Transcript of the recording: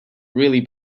really